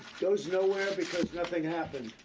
goes nowhere because nothing happened.